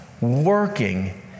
working